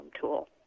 tool